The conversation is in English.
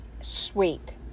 sweet